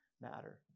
matter